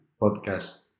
podcast